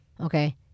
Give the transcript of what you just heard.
okay